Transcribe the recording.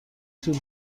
طول